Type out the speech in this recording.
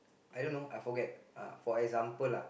I don't know I forget for example lah